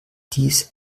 dies